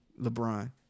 LeBron